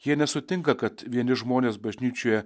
jie nesutinka kad vieni žmonės bažnyčioje